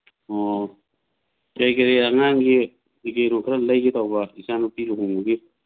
ꯑꯣ ꯀꯔꯤ ꯀꯔꯤ ꯑꯉꯥꯡꯒꯤ ꯀꯩꯀꯩꯅꯣ ꯈꯔ ꯂꯩꯒꯦ ꯇꯧꯕ ꯏꯆꯥꯅꯨꯄꯤ ꯂꯨꯍꯣꯡꯕꯒꯤ